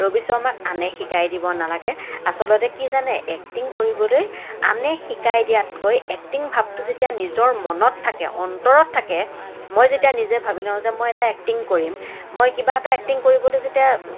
ৰবি শৰ্মাক আনে শিকাই দিব নালাগে আচলতে কি জানে এক্টিং কৰিবলৈ আনে শিকাই দিয়াতকৈ এক্টিং ভাৱটো যেতিয়া নিজৰ মনত থাকে অন্তৰত থাকে মই যেতিয়া নিজে ভাবি লওঁ যে মই এক্টিং কৰিম মই কিবা এটা এক্টিং কৰিবলৈ যেতিয়া